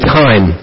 time